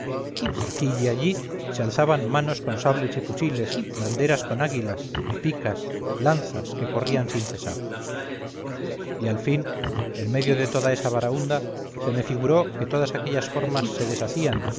aquí y allí se alzaban manos con sables y fusiles banderas con águilas picas lanzas que corrían sin cesar y al fin en medio de toda esa barahúnda se me figuró que todas aquellas formas se deshacían y